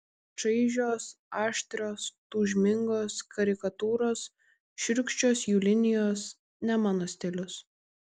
čaižios aštrios tūžmingos karikatūros šiurkščios jų linijos ne mano stilius